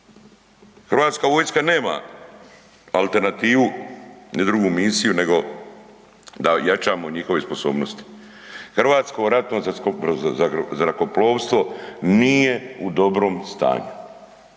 Hrvatska vojska nema alternativu ni drugu misiju nego da jačamo njihove sposobnosti. Hrvatsko ratno zrakoplovstvo nije u dobrom stanju.